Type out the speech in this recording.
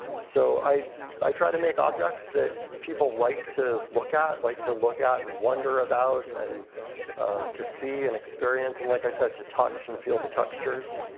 so i i try to make objects that people like to look at, like to look at and wonder about, and to see and experience, and like i said, to touch and feel the textures.